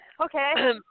Okay